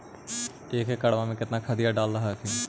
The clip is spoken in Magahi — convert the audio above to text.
एक एकड़बा मे कितना खदिया डाल हखिन?